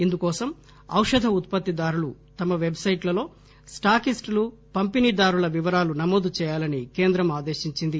ఇందుకోసం ఔషధ ఉత్పత్తిదారులు తమ పెట్ సెట్లలో స్టాకిస్టులు పంపిణీదారుల వివరాలు నమోదు చేయాలని కేంద్రం ఆదేశించింది